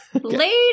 later